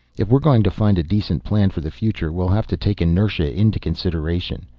if we're going to find a decent plan for the future, we'll have to take inertia into consideration.